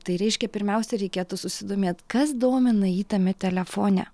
tai reiškia pirmiausia reikėtų susidomėt kas domina jį tame telefone